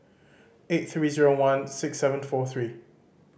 eight three zero one six seven four three